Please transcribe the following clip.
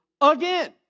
again